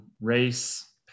race